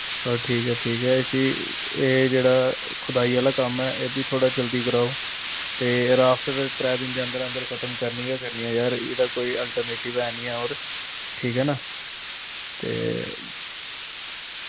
और ठीक ऐ ठीक ऐ इस्सी एह् जेह्ड़ा खुदाई आह्ला कम्म ऐ एह् बी थोह्ड़ा जल्दी कराओ ते राफ्ट ते त्रै दिन दे अंदर अंदर खत्म करनी गै करनी ऐ यार इदा कोई अल्टरनेटिव है निं ऐ और ठीक ऐ ना ते